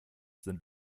sind